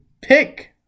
pick